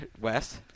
Wes